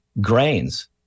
grains